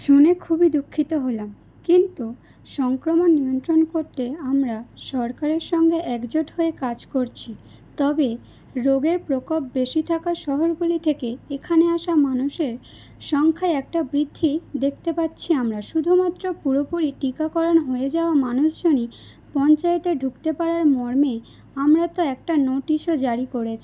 শুনে খুবই দুঃখিত হলাম কিন্তু সংক্রমণ নিয়ন্ত্রণ করতে আমরা সরকারের সঙ্গে একজোট হয়ে কাজ করছি তবে রোগের প্রকোপ বেশি থাকা শহরগুলি থেকে এখানে আসা মানুষের সংখ্যায় একটা বৃদ্ধি দেখতে পাচ্ছি আমরা শুধুমাত্র পুরোপুরি টিকাকরণ হয়ে যাওয়া মানুষজনই পঞ্চায়েতে ঢুকতে পারার মর্মে আমরা তো একটা নোটিশও জারি করে